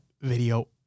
video